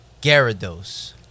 Gyarados